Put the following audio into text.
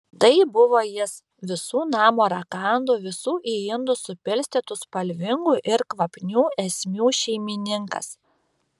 tai buvo jis visų namo rakandų visų į indus supilstytų spalvingų ir kvapnių esmių šeimininkas